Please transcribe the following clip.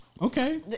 Okay